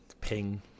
ping